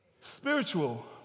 spiritual